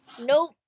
Nope